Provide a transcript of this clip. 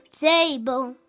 Table